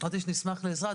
אמרתי שנשמח לעזרה.